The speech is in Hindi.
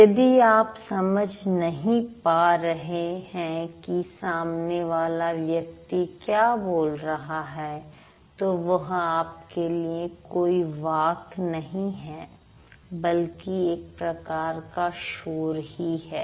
यदि आप समझ नहीं पा रहे हैं कि सामने वाला व्यक्ति क्या बोल रहा है तो वह आपके लिए कोई वाक् नहीं है बल्कि एक प्रकार का शोर ही है